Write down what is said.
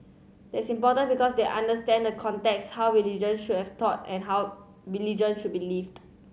that's important because they understand the context how religion should have taught and how religion should be lived